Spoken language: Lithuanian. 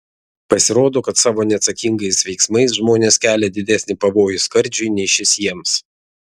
pasirodo kad savo neatsakingais veiksmais žmonės kelia didesnį pavojų skardžiui nei šis jiems